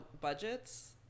budgets